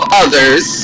others